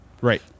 Right